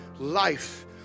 life